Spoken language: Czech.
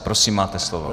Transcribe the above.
Prosím, máte slovo.